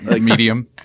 Medium